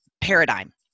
paradigm